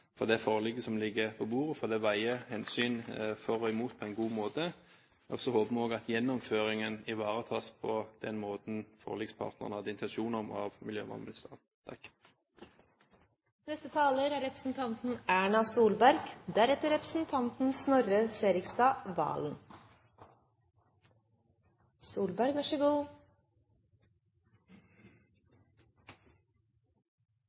for det forliket som ligger på bordet, for det veier hensyn for og imot på en god måte. Og så håper vi at gjennomføringen ivaretas av miljøvernministeren på den måten forlikspartnerne hadde intensjon om. Den måten Det norske storting har arbeidet på i denne saken, er vel noe utradisjonell – med om ikke blanke ark, så